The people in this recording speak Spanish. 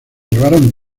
llevaron